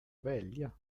välja